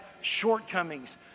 shortcomings